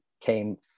came